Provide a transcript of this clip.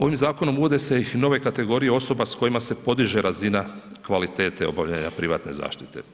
Ovim zakonom uvode se i nove kategorije osoba s kojima se podiže razina kvalitete obavljanja privatne zaštite.